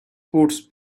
puts